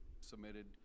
submitted